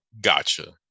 gotcha